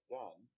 done